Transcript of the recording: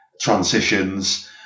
transitions